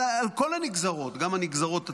על כל הנגזרות, גם הנגזרות הצבאיות,